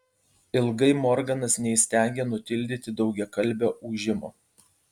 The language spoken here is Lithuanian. ilgai morganas neįstengė nutildyti daugiakalbio ūžimo